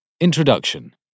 Introduction